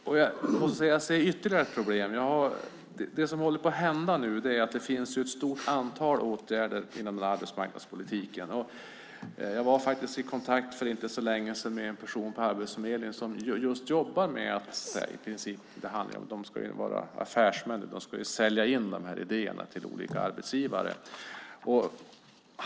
Jag ser ytterligare ett problem. Det som håller på att hända nu är att det finns ett stort antal åtgärder inom arbetsmarknadspolitiken. Jag var för inte så länge sedan i kontakt med en person på Arbetsförmedlingen som jobbar med detta. De ska ju vara affärsmän nu och sälja in idéerna till olika arbetsgivare.